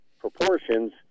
proportions